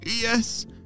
Yes